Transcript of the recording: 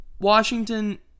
Washington